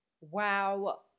Wow